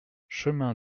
chemin